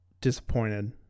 disappointed